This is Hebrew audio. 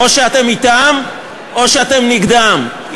או שאתם אתם או שאתם נגדם.